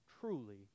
truly